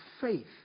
faith